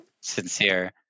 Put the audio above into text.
sincere